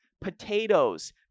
potatoes